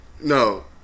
No